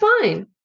fine